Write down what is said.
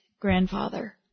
grandfather